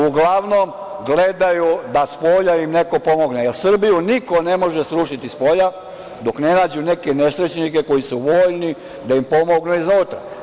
Uglavnom gledaju da spolja im neko pomogne, jer Srbiju niko ne može srušiti spolja, dok ne nađu neke nesrećnike koji su voljni da im pomognu iznutra.